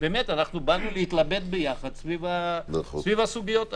ובאמת באנו להתלבט יחד סביב הסוגיות האלה.